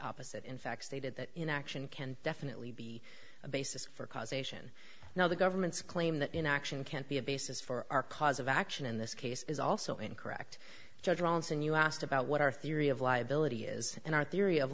opposite in fact stated that in action can definitely be a basis for causation now the government's claim that inaction can't be a basis for our cause of action in this case is also incorrect judgments and you asked about what our theory of liability is in our theory of